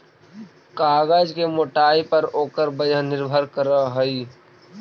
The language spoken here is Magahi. कागज के मोटाई पर ओकर वजन निर्भर करऽ हई